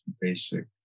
basic